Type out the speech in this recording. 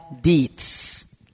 deeds